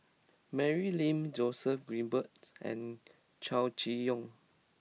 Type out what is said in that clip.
Mary Lim Joseph Grimberg and Chow Chee Yong